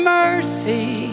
mercy